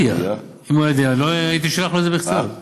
תראה איזה שאילתה הוא שאל, שאילתה של, אתה